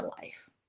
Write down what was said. life